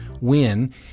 win